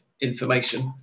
information